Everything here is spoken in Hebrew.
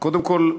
אז קודם כול,